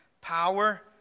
power